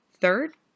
Third